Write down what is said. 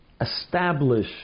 establish